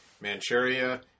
Manchuria